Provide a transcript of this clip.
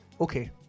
Okay